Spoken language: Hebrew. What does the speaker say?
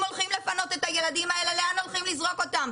אם הולכים לפנות את הילדים האלה לאן הולכים לזרוק אותם?